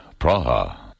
Praha